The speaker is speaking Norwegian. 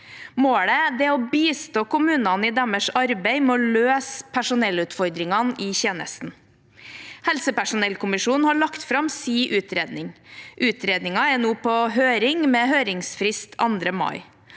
Målet er å bistå kommunene i deres arbeid med å løse personellutfordringene i tjenestene. Helsepersonellkommisjonen har lagt fram sin utredning. Utredningen er nå på høring med høringsfrist 2. mai.